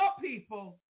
people